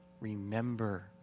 remember